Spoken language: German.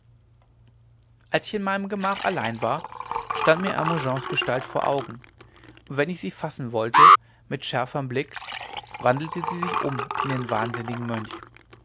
als ich in meinem gemach allein war stand mir hermogens gestalt vor augen und wenn ich sie fassen wollte mit schärferem blick wandelte sie sich um in den wahnsinnigen mönch